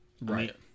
Right